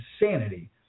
insanity